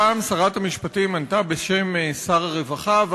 הפעם שרת המשפטים ענתה בשם שר הרווחה,